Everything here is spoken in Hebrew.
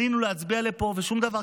עלינו להצביע פה ושום דבר,